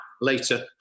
later